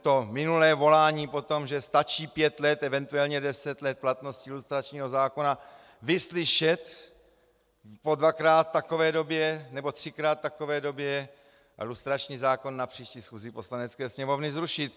To minulé volání po tom, že stačí pět let, eventuálně deset let platnosti lustračního zákona, vyslyšet podvakrát takové době, nebo třikrát takové době, a lustrační zákon na příští schůzi Poslanecké sněmovny zrušit.